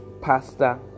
pasta